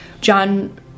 John